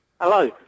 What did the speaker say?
Hello